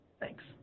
Thanks